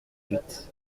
huit